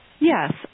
Yes